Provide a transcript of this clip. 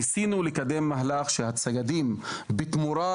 ניסינו לקדם מהלך שהציידים בתמורה